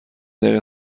دقیقه